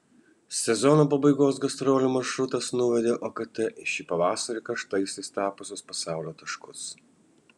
sezono pabaigos gastrolių maršrutas nuvedė okt į šį pavasarį karštaisiais tapusius pasaulio taškus